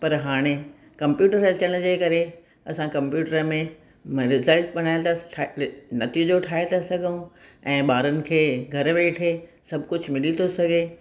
पर हाणे कम्प्यूटर अचण जे करे असां कम्प्यूटर में नतीजो ठाहे था सघूं ऐं ॿारनि खे घरु वेठे सभु कुझु मिली थो सघे